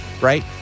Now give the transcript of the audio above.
right